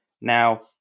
Now